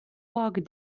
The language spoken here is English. walk